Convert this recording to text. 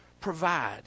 provide